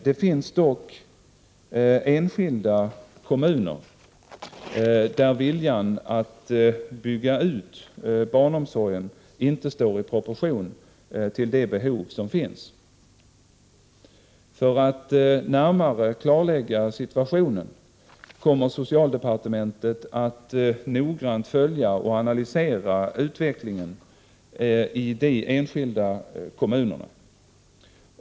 Det finns dock enskilda kommuner där viljan att bygga ut barnomsorgen inte står i proportion till de behov som finns. För att närmare klarlägga situationen kommer socialdepartementet att noggrant följa och analysera utvecklingen i de enskilda kommunerna.